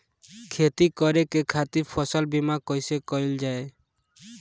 खेती करे के खातीर फसल बीमा कईसे कइल जाए?